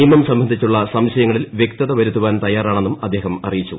നിയമം സംബന്ധിച്ചുള്ള സംശയങ്ങളിൽ വ്യക്തത വരുത്താൻ തയ്യാറാണെന്നും അദ്ദേഹം അറിയിച്ചു